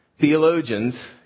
Theologians